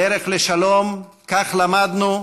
הדרך לשלום, כך למדנו,